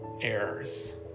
errors